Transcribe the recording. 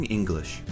English